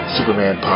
Superman